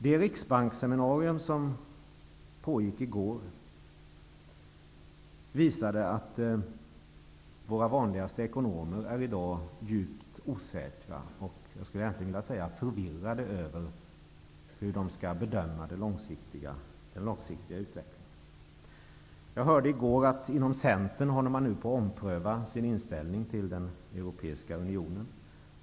Det Riksbanksseminarium som i går pågick visade att våra mest tillfrågade ekonomer i dag är djupt osäkra och - skulle jag vilja säga - förvirrade över hur de skall bedöma den långsiktiga utvecklingen. I går hörde jag att man inom Centern omprövar sin inställning till den europeiska unionen.